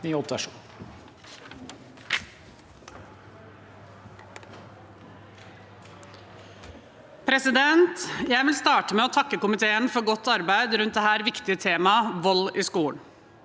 for saken): Jeg vil starte med å takke komiteen for godt arbeid rundt dette viktige temaet: vold i skolen.